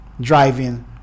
driving